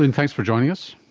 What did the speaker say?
and thanks for joining us.